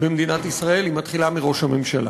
במדינת ישראל היא מתחילה מראש הממשלה.